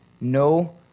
no